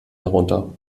herunter